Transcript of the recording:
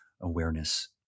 awareness